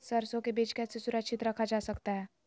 सरसो के बीज कैसे सुरक्षित रखा जा सकता है?